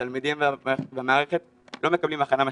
התלמידים במערכת לא מקבלים הכנה מספקת.